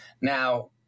Now